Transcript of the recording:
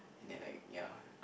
and like ya